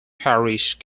parish